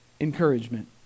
Encouragement